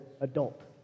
adult